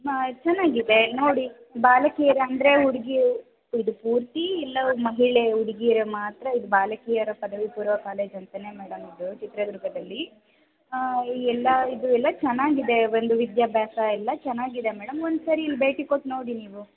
ಚೆನ್ನಾಗಿದೆ ನೋಡಿ ಬಾಲಕಿಯರ ಅಂದರೆ ಹುಡುಗಿ ಇದು ಪೂರ್ತಿ ಇಲ್ಲ ಮಹಿಳೆ ಹುಡುಗಿಯರಿಗೆ ಮಾತ್ರ ಇದು ಬಾಲಕಿಯರ ಪದವಿ ಪೂರ್ವ ಕಾಲೇಜು ಅಂತಾನೇ ಮೇಡಮ್ ಇದು ಚಿತ್ರದುರ್ಗದಲ್ಲಿ ಎಲ್ಲ ಇದು ಎಲ್ಲ ಚೆನ್ನಾಗಿದೆ ಒಂದು ವಿದ್ಯಾಭ್ಯಾಸ ಎಲ್ಲ ಚೆನ್ನಾಗಿದೆ ಮೇಡಮ್ ಒಂದ್ಸರಿ ಇಲ್ಲಿ ಭೇಟಿ ಕೊಟ್ಟು ನೋಡಿ ನೀವು